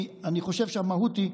אני חושב שהמהות היא,